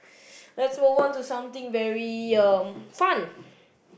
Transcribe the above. let's move on to something very um fun